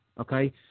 Okay